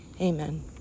Amen